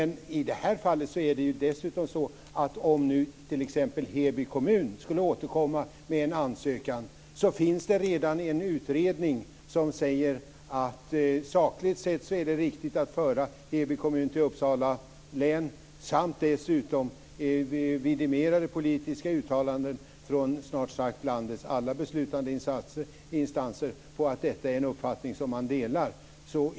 I det här fallet är det dessutom så att om t.ex. Heby kommun skulle återkomma med en ansökan finns det redan en utredning som säger att det sakligt sett är riktigt att föra Heby kommun till Uppsala län, och dessutom vidimerar det politiska uttalanden från snart sagt landets alla beslutande instanser på att detta är en uppfattning som man delar.